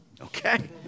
Okay